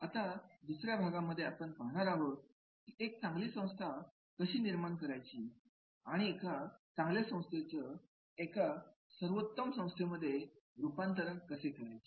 आता दुसऱ्या भागांमध्ये आपण पाहणार आहोत एक चांगली संस्था कशी निर्माण करायची आणि एका चांगल्या संस्थेचं एका सर्वोत्तम संस्थेमध्ये कसे रूपांतर करायचं